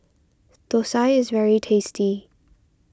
Thosai is very tasty